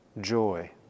joy